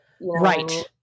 Right